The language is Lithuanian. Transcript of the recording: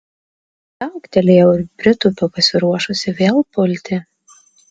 viauktelėjau ir pritūpiau pasiruošusi vėl pulti